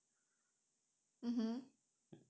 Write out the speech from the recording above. mmhmm